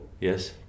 Yes